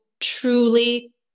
truly